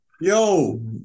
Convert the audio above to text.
Yo